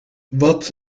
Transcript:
wat